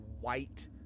white